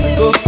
go